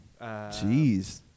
Jeez